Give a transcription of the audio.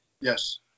Yes